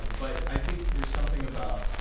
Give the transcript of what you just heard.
but, i think there's something about,